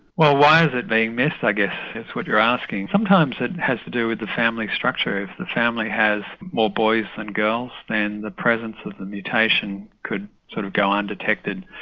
well why is it being missed i guess is what you're asking. sometime it has to do with the family structure if the family has more boys than girls then the presence of the mutation could sort of go undetected.